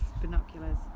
binoculars